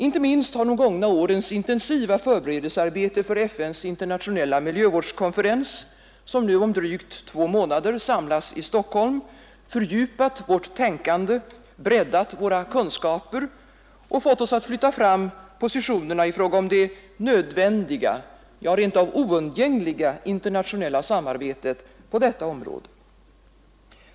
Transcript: Inte minst har de gångna årens intensiva förberedelsearbete för FN:s internationella miljövårdskonferens, som nu om drygt två månader samlas i Stockholm, fördjupat vårt tänkande, breddat våra kunskaper och fått oss att flytta fram positionerna i fråga om det nödvändiga, ja rent av oundgängliga, internationella samarbetet på detta område.